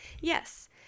Yes